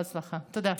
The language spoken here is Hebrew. בהצלחה, תודה.